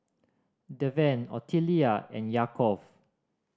Deven Ottilia and Yaakov